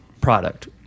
product